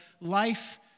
life